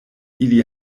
ili